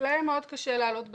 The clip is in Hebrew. להם מאוד קשה לעלות ב"זום".